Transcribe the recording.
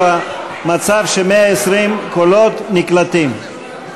למצב ש-120 קולות נקלטים.